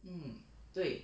mm 对